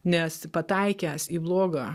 nes pataikęs į blogą